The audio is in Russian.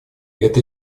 эта